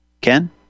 Ken